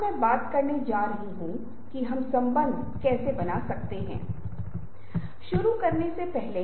दृश्य संस्कृति की प्रमुख विशेषताएं जो सॉफ्ट स्किल्स के संदर्भ में प्रासंगिक होंगी और संदर्भों द्वारा पीछा की जाएंगी